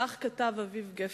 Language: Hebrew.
כך כתב אביב גפן.